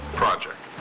project